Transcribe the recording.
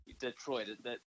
Detroit